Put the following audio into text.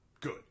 good